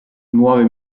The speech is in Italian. nuove